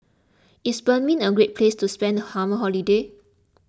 is Benin a great place to spend the summer holiday